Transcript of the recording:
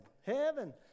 Heaven